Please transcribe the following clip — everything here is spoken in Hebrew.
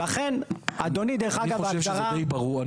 לכן, אני